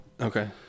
Okay